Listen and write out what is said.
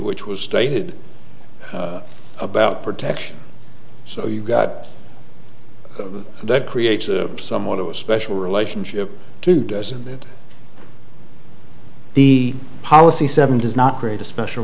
which was stated about protection so you got that creates somewhat of a special relationship too doesn't it the policy seven does not create a special